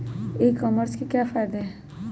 ई commerce के क्या फायदे हैं?